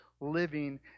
living